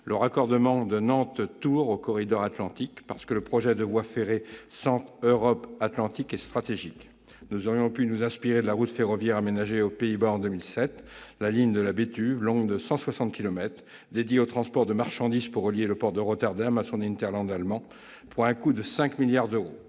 le raccordement de Nantes-Tours au corridor Atlantique, parce que le projet de voie ferrée Centre Europe Atlantique est stratégique. Nous aurions pu nous inspirer de la route ferroviaire aménagée aux Pays-Bas en 2007 : la ligne de la Betuwe, longue de 160 kilomètres, dédiée au transport de marchandises, relie le port de Rotterdam à son hinterland allemand, pour un coût de 5 milliards d'euros.